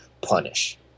Punish